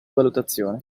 valutazione